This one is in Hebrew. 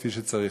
כפי שצריך.